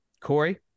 Corey